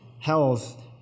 health